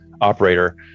operator